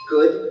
Good